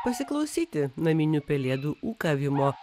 pasiklausyti naminių pelėdų ūkavimo